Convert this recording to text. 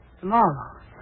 tomorrow